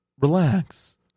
relax